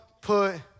put